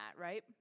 right